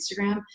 Instagram